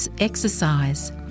exercise